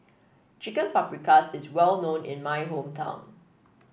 Chicken Paprikas is well known in my hometown